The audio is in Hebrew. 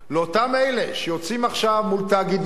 אותם אלה שיוצאים עכשיו מול תאגידים,